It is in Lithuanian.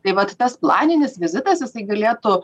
tai vat tas planinis vizitas jisai galėtų